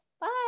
bye